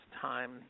time